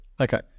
Okay